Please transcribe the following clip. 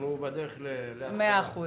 מאה אחוז.